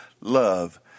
love